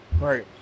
Right